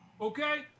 Okay